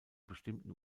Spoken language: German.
bestimmten